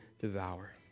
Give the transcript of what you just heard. devour